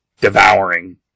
devouring